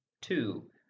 two